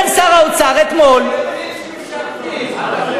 אומר שר האוצר אתמול, ילדים שמשרתים.